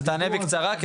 ותענה בקצרה,